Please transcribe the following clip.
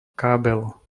kábel